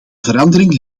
verandering